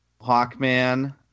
Hawkman